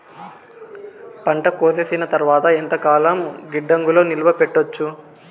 పంట కోసేసిన తర్వాత ఎంతకాలం గిడ్డంగులలో నిలువ పెట్టొచ్చు?